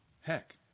heck